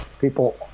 people